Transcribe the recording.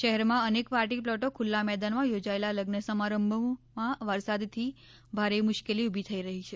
શહેરમાં અનેક પાર્ટી પ્લોટો ખુલ્લા મેદાનમાં યોજાયેલા લગ્ન સંમારંભોમાં વરસાદથી ભારે મુશ્કેલી ઉભી થઇ રહી છે